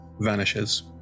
vanishes